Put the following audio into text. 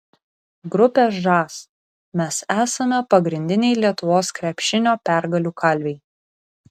grupė žas mes esame pagrindiniai lietuvos krepšinio pergalių kalviai